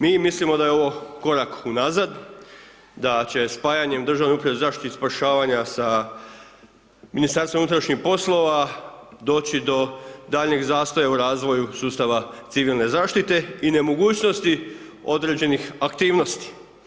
Mi mislimo da je ovo korak unazad, da će spajanjem Državne uprave za zaštitu i spašavanje sa MUP-om doći do daljnjeg zastoja u razvoju sustava civilne zaštite i nemogućnosti određenih aktivnosti.